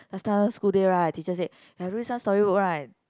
last time school day right teacher say have this one storybook right